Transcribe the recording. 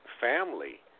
family